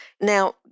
Now